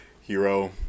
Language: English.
Hero